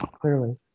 clearly